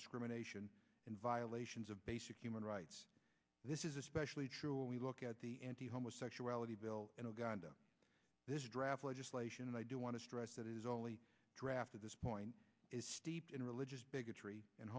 discrimination in violations of basic human rights this is especially true when we look at the anti homosexuality bill gonda this draft legislation and i do want to stress that it is only draft at this point is steeped in religious bigotry and